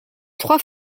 trois